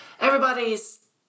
everybody's